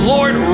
Lord